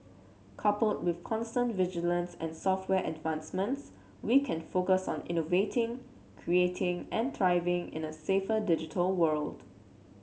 coupled with constant vigilance and software advancements we can focus on innovating creating and thriving in a safer digital world